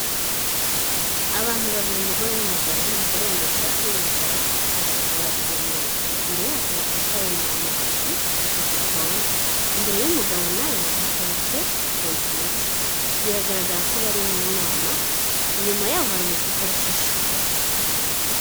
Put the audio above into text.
Abantu babiri umugore n'umugabo, umugore yambaye ishati y'umukara n'agapira k'umweru, imbere yaho haateretse ikaye n'amazi mu gikombe, imbere y'umugabo nawe hateretse kombuyuta biragaragara ko bari mu nama inyuma yaho hari urukuta rusa shokora.